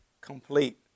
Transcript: complete